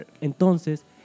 Entonces